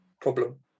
problem